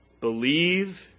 Believe